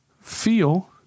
feel